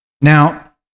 Now